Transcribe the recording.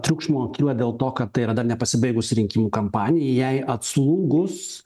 triukšmo kyla dėl to kad tai yra dar nepasibaigus rinkimų kampanijai jai atslūgus